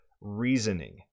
reasoning